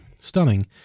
stunning